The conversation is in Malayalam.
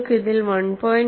നിങ്ങൾക്ക് ഇതിൽ 1